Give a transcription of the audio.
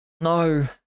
no